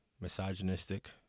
misogynistic